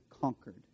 conquered